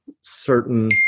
certain